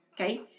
Okay